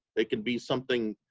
they could be something